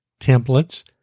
templates